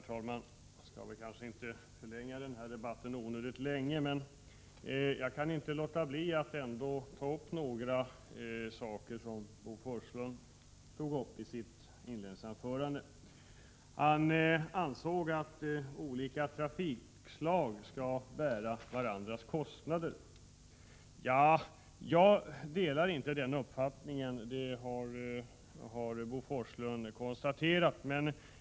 Herr talman! Jag skall inte förlänga den här debatten onödigt mycket, men jag kan ändå inte låta bli att ta upp några saker som Bo Forslund berörde i sitt inledningsanförande. Bo Forslund ansåg att olika trafikslag skall bära varandras kostnader. Jag delar inte den uppfattningen, det har Bo Forslund konstaterat.